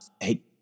Hey